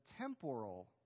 temporal